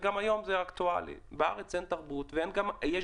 היום הוא אקטואלי: שבארץ אין תרבות של ספורט מוטורי,